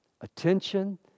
Attention